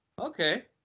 Okay